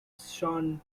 sean